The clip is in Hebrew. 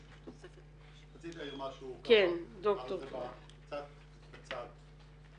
רציתי להעיר משהו --- קצת בצד.